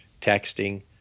texting